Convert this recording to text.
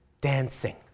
dancing